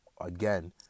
again